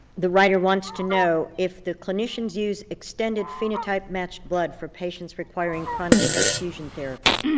the writer wants to know if the clinicians use extended phenotype-matched blood for patients requiring chronic transfusion therapy?